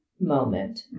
moment